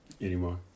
Anymore